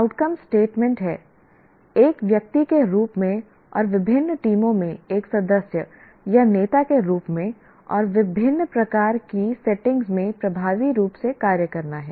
outcome statement है एक व्यक्ति के रूप में और विभिन्न टीमों में एक सदस्य या नेता के रूप में और विभिन्न प्रकार की सेटिंग्स में प्रभावी रूप से कार्य करना है